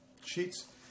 sheets